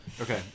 Okay